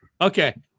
Okay